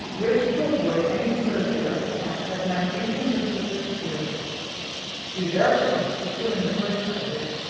wished to avoid any survey of the past that might weaken her sister's spirits she, therefore, pursuing the first subject,